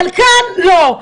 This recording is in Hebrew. אבל כאן לא.